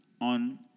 on